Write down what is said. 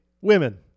women